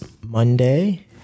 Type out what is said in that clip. Monday